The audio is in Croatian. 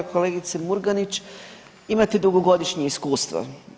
Kolegice Murganić imate dugogodišnje iskustvo.